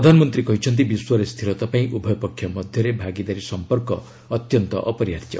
ପ୍ରଧାନମନ୍ତ୍ରୀ କହିଛନ୍ତି ବିଶ୍ୱରେ ସ୍ଥିରତା ପାଇଁ ଉଭୟପକ୍ଷ ମଧ୍ୟରେ ଭାଗିଦାରୀ ସମ୍ପର୍କ ଅତ୍ୟନ୍ତ ଅପରିହାର୍ଯ୍ୟ